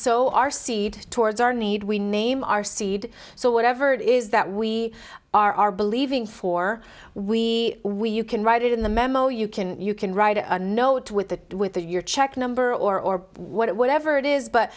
so our seed towards our need we name our seed so whatever it is that we are believing for we we you can write it in the memo you can you can write a note with the with your check number or whatever it is but